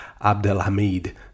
Abdelhamid